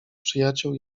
przyjaciół